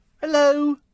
Hello